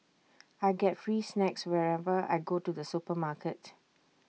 I get free snacks whenever I go to the supermarket